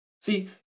See